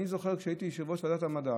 אני זוכר שכשהייתי יושב-ראש ועדת המדע